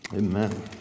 Amen